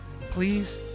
please